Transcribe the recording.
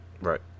Right